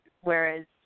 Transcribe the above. whereas